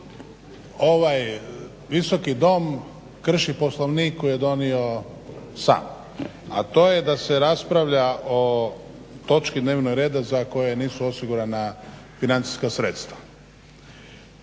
ovaj Visoki dom krši Poslovnik koji je donio sam, a to je da se raspravlja o točki dnevnog reda za koju nisu osigurana financijska sredstva.